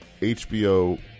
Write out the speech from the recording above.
HBO